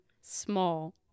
small